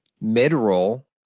mid-roll